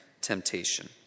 temptation